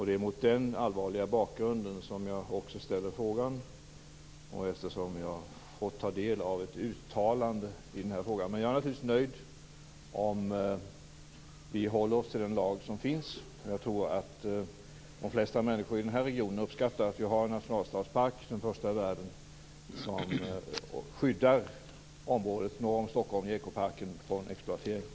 Det är mot den allvarliga bakgrunden som jag ställer frågan och eftersom jag fått ta del av ett uttalande i den här frågan. Men jag är naturligtvis nöjd om vi håller oss till den lag som finns. Jag tror att de flesta människor i den här regionen uppskattar att vi har en nationalstadspark, den första i världen, som skyddar området norr om Stockholm i Ekoparken från exploatering.